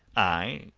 i,